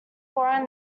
warren